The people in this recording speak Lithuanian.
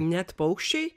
net paukščiai